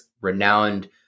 renowned